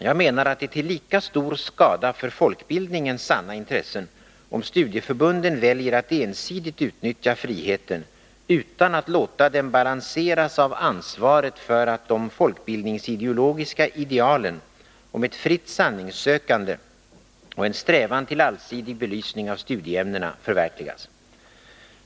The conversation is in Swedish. Jag menar att det är till lika stor skada för folkbildningens sanna intressen, om studieförbunden väljer att ensidigt utnyttja friheten, utan att låta den balanseras av ansvaret för att de folkbildningsideologiska idealen om ett fritt sanningssökande och en strävan till allsidig belysning av studieämnena förverkligas.